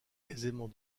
aisément